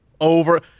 over